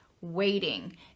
waiting